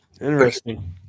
Interesting